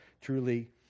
truly